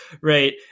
right